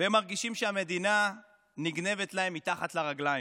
והם מרגישים שהמדינה נגנבת להם מתחת לרגליים,